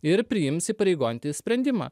ir priims įpareigojantį sprendimą